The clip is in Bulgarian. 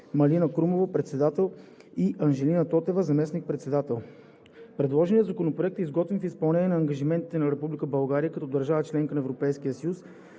Малина Крумова – председател, и Анжелина Тотева – заместник-председател. Предложеният законопроект е изготвен в изпълнение на ангажиментите на Република България като държава – членка на Европейския съюз,